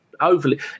overly